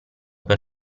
per